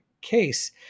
case